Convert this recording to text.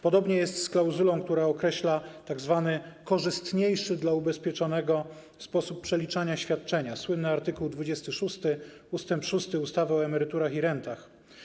Podobnie jest z klauzulą, która określa tzw. korzystniejszy dla ubezpieczonego sposób przeliczania świadczenia, słynny art. 26 ust. 6 ustawy o emeryturach i rentach.